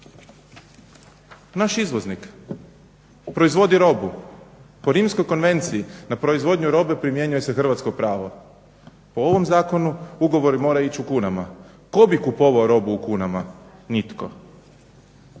Naš izvoznik proizvodi robu, po Rimskoj konvenciji na proizvodnju robe primjenjuje se hrvatsko prvo. Po ovom zakonu ugovori moraju ići u kunama. Ko bi kupovao robu u kunama? Nitko.